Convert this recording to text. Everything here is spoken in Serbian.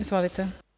Izvolite.